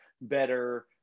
better